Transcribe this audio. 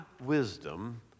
wisdom